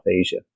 Asia